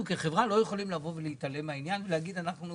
כחברה לא יכולים לבוא ולהתעלם מהעניין ולהגיד שאנחנו